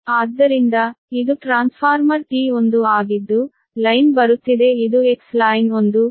ಆದ್ದರಿಂದ ಇದು transformer T1 ಆಗಿದ್ದು ಲೈನ್ ಬರುತ್ತಿದೆ ಇದು Xline 1 j0